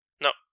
No